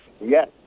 Yes